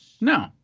No